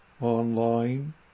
online